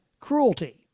cruelty